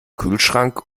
kühlschrank